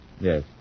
Yes